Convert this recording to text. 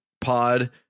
pod